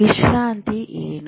ವಿಶ್ರಾಂತಿ ಏನು